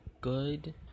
good